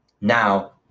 now